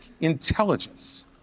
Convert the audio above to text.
intelligence